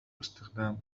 باستخدام